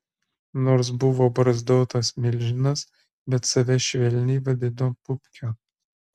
nors buvo barzdotas milžinas bet save švelniai vadino pupkiu